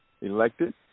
elected